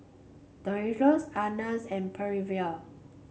Dolores and Percival